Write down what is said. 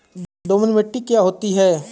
दोमट मिट्टी क्या होती हैं?